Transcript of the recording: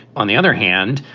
on the other hand,